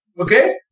Okay